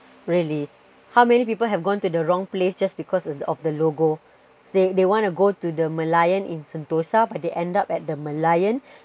really how many people have gone to the wrong place just because the of the logo say they want to go to the merlion in sentosa but they end up at the merlion